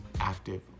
active